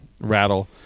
rattle